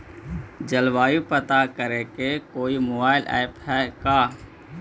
जलवायु पता करे के कोइ मोबाईल ऐप है का?